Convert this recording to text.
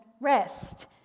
rest